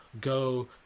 go